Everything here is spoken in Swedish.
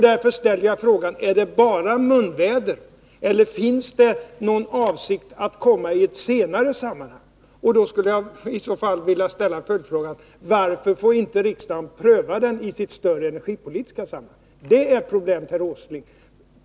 Därför ställer jag frågan: Är det bara munväder, eller finns det någon avsikt att lägga fram ett sådant förslag i ett senare sammanhang? I så fall vill jag ställa en följdfråga: Varför får inte riksdagen pröva ett sådant förslag i sitt större energipolitiska sammanhang? Det är problemet, herr Åsling.